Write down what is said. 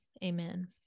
Amen